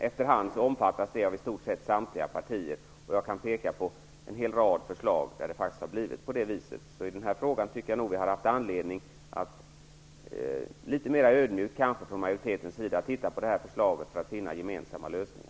Efter hand anslöt sig i stort sett samtliga partier. Jag kan peka på en hel rad förslag där det faktiskt har blivit på det viset. I den här frågan tycker jag nog att majoriteten har anledning att se litet mer ödmjukt på förslaget för att finna gemensamma lösningar.